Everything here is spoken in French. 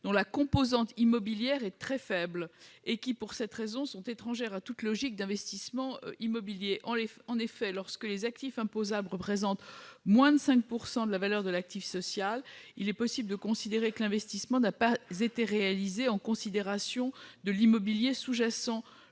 dont la composante immobilière est très faible, qui, pour cette raison, sont étrangères à toute logique d'investissement immobilier. En effet, lorsque les actifs imposables représentent moins de 5 % de la valeur de l'actif social, il est possible d'estimer que l'investissement n'a pas été réalisé en considération de l'immobilier sous-jacent,